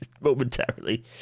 Momentarily